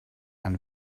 and